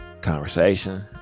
conversation